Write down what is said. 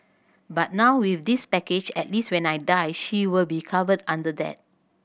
but now with this package at least when I die she will be covered under that